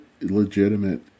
legitimate